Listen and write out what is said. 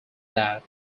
that